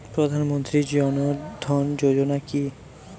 প্রধান মন্ত্রী জন ধন যোজনা কি?